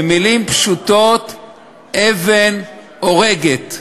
במילים פשוטות, אבן הורגת.